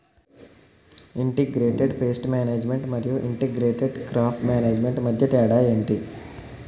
integrated pest management మరియు integrated crop management మధ్య తేడా ఏంటి